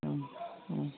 ہوں ہوں